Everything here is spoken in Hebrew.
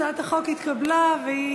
הצעת החוק התקבלה, והיא